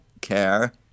care